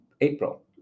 April